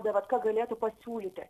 davatka galėtų pasiūlyti